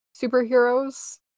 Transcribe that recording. superheroes